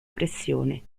pressione